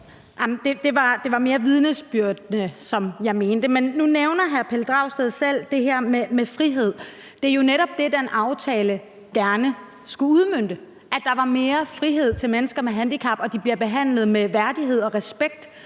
Det var mere vidnesbyrdene, jeg mente. Men nu nævner hr. Pelle Dragsted selv det her med frihed. Det er jo netop det, den aftale gerne skulle udmønte, altså at der er mere frihed til mennesker med handicap, og at de bliver behandlet med værdighed og respekt,